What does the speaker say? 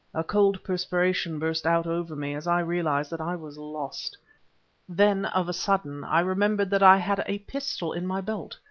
a cold perspiration burst out over me as i realized that i was lost then of a sudden i remembered that i had a pistol in my belt,